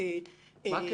מה הקשר?